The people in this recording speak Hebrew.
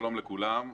שלום לכולם.